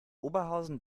oberhausen